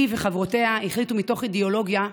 היא וחברותיה החליטו, מתוך אידיאולוגיה,